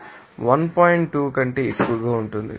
2 కంటే ఎక్కువగా ఉంటుంది